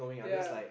ya